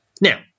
Now